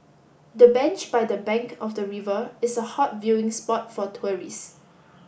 the bench by the bank of the river is a hot viewing spot for tourists